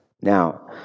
Now